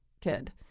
kid